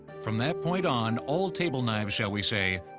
from that point on, all table knives, shall we say,